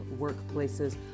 workplaces